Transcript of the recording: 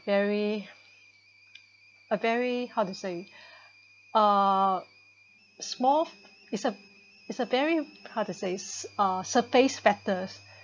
very a very how to say ah small is a is a very how to say ah surface factors